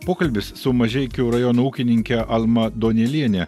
pokalbis su mažeikių rajono ūkininke alma duonėliene